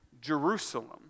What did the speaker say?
Jerusalem